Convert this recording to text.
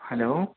hello